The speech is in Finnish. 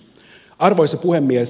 arvoisa puhemies